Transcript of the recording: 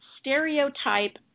stereotype